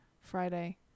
Friday